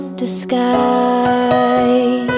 disguise